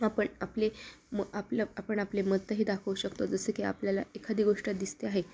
आपण आपले म आपलं आपण आपले मतही दाखवू शकतो जसं की आपल्याला एखादी गोष्ट दिसते आहे